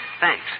Thanks